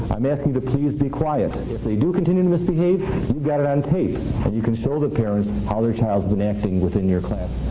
i'm asking you to please be quiet. if they do continue to misbehave, you've got it on tape. and you can show the parents how their child's been acting within your class.